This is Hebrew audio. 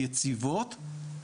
יציבות,